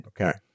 Okay